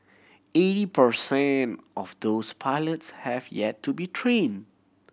eighty per cent of those pilots have yet to be trained